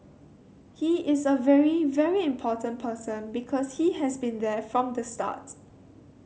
he is a very very important person because he has been there from the start